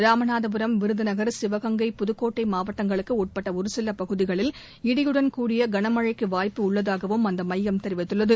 ராமநாதபுரம் விருதுநகர் சிவகங்கை புதுக்கோட்டை மாவட்டங்களுக்கு உட்பட்ட ஒருசில பகுதிகளில் இடியுடன் கூடிய கனமழைக்கு வாய்ப்பு உள்ளதாகவும் அந்த மையம் தெரிவித்துள்ளது